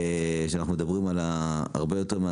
שאנחנו מדברים על הרבה יותר,